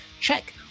check